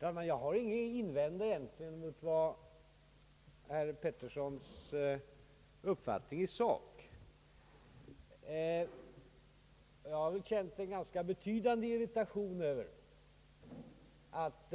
Herr talman! Jag har egentligen intet att invända mot herr Petersons uppfattning i sak. Jag har känt en ganska besvärande irritation över att